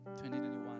2021